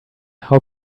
how